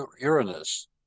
uranus